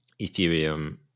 Ethereum